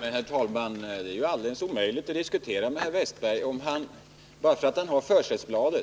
Herr talman! Det är ju alldeles omöjligt att diskutera med herr Wästberg i Stockolm. Han säger att han har ett försättsblad